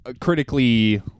critically